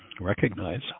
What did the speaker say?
recognize